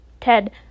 Ted